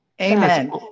Amen